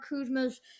Kuzma's